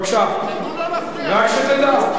רק שתדע.